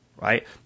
Right